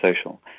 social